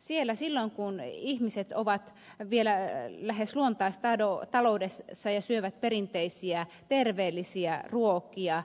siellä silloin kun ihmiset ovat vielä lähes luontaistaloudessa ja syövät perinteisiä terveellisiä ruokia